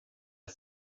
der